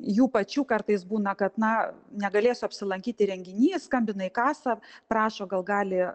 jų pačių kartais būna kad na negalėsiu apsilankyti renginy skambina į kasą prašo gal gali